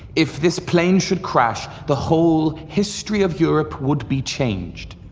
if this plane should crash, the whole history of europe would be changed.